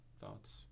thoughts